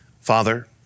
Father